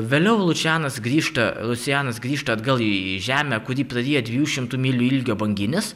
vėliau lučianas grįžta lučianas grįžta atgal į žemę kur jį praryja dviejų šimtų mylių ilgio banginis